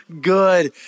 good